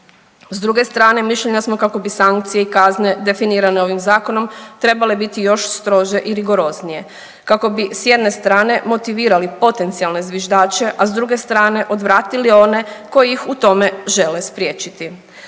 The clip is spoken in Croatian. S druge strane mišljenja smo kako bi sankcije i kazne definirane ovim zakonom trebale biti još strože i rigoroznije, kako bi s jedne strane motivirali potencijalne zviždače, a s druge strane odvratili one koji ih u tome žele spriječiti.